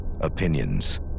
Opinions